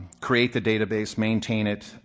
create the database, maintain it,